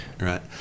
Right